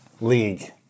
league